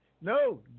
No